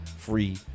free